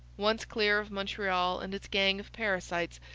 once clear of montreal and its gang of parasites,